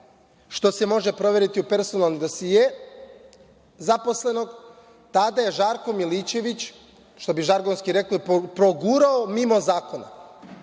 što se može proveriti u personalnom dosijeu zaposlenog, Žarko Milićević, što bi žargonski rekli, progurao mimo zakona.